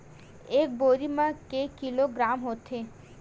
एक बोरी म के किलोग्राम होथे?